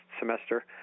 semester